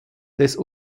des